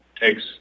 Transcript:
takes